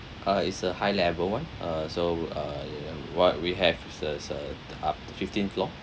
uh it's a high level [one] uh so uh what we have is uh up fifteen floor